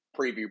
preview